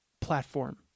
platform